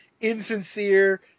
insincere